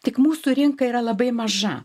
tik mūsų rinka yra labai maža